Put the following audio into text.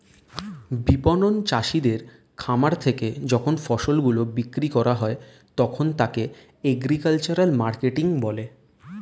বিপণন চাষীদের খামার থেকে যখন ফসল গুলো বিক্রি করা হয় তখন তাকে এগ্রিকালচারাল মার্কেটিং বলে